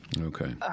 Okay